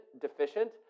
deficient